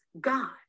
God